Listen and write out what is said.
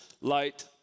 light